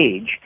age